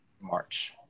March